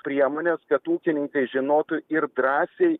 priemones kad ūkininkai žinotų ir drąsiai